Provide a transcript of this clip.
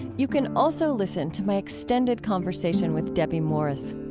you can also listen to my extended conversation with debbie morris.